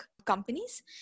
companies